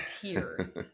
tears